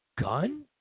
Gun